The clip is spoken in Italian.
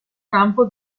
campo